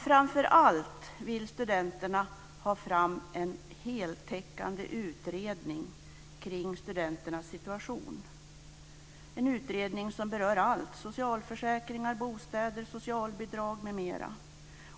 Framför allt vill studenterna ha fram en heltäckande utredning kring studenternas situation, en utredning som berör allt: socialförsäkringar, bostäder, socialbidrag m.m.